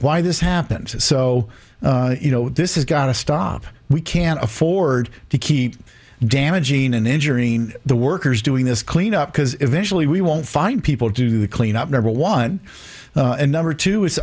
why this happened so you know this has got to stop we can't afford to keep damaging and injuring the workers doing this cleanup because eventually we won't find people to clean up number one and number two i